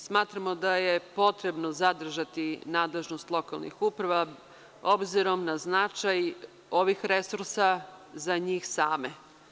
Smatramo da je potrebno zadržati nadležnost lokalnih uprava, obzirom na značaj ovih resursa za njih same.